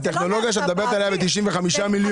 הטכנולוגיה שאת מדברת עליה ב-95 מיליון.